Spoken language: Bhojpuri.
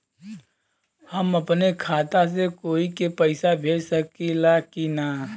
हम अपने खाता से कोई के पैसा भेज सकी ला की ना?